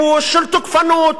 של תוקפנות,